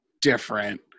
different